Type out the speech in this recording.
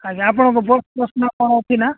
ଆଜ୍ଞା ଆପଣଙ୍କ ବସ୍ ଫସ୍ କ'ଣ ଅଛି ନା